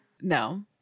no